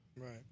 Right